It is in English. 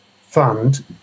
fund